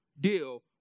deal